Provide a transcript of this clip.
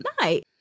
night